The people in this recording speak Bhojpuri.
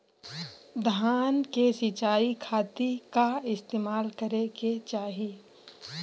धान के सिंचाई खाती का इस्तेमाल करे के चाही?